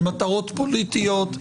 למטרות פוליטיות,